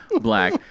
black